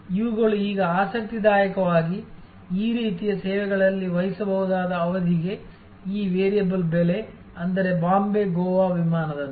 ಇವುಗಳು ಈಗ ಆಸಕ್ತಿದಾಯಕವಾಗಿ ಈ ರೀತಿಯ ಸೇವೆಗಳಲ್ಲಿ ವ್ಯತ್ಯಯ ಬೆಲೆ ಊಹಿಸಬಹುದಾದ ಅವಧಿಗೆ ಈ ವೇರಿಯಬಲ್ ಬೆಲೆ ಅಂದರೆ ಬಾಂಬೆ ಗೋವಾ ವಿಮಾನದಂತೆ